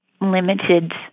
limited